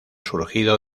surgido